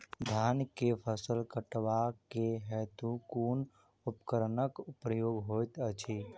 धान केँ फसल कटवा केँ हेतु कुन उपकरणक प्रयोग होइत अछि?